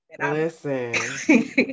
Listen